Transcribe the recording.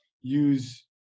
use